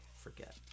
forget